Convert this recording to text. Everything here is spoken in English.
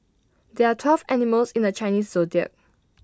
there are twelve animals in the Chinese Zodiac